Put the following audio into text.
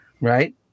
Right